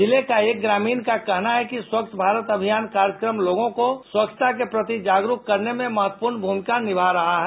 जिले का एक ग्रामीण का कहना है कि स्वच्छ भारत अभियान कार्यक्रम लोगों को स्वच्छता के प्रति जागरुक करने में महत्वपूर्ण भूमिका निभा रहा है